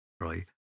right